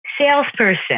salesperson